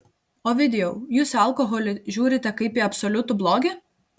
ovidijau jūs į alkoholį žiūrite kaip į absoliutų blogį